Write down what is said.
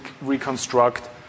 reconstruct